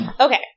Okay